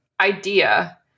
idea